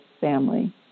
family